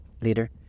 Later